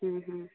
ᱦᱮᱸ ᱦᱮᱸ